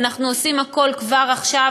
אנחנו עושים הכול כבר עכשיו,